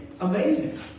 amazing